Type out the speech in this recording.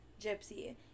Gypsy